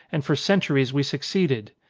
and for centuries we succeeded.